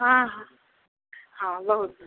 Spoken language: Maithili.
हँ हँ बहुत